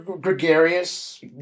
gregarious